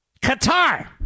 Qatar